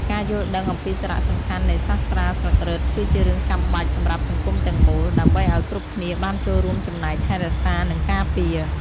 ការយល់ដឹងអំពីសារៈសំខាន់នៃសាស្រ្តាស្លឹករឹត គឺជារឿងចាំបាច់សម្រាប់សង្គមទាំងមូល ដើម្បីឱ្យគ្រប់គ្នាបានចូលរួមចំណែកថែរក្សានិងការពារ។